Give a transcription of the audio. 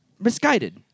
misguided